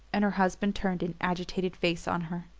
and her husband turned an agitated face on her.